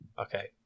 okay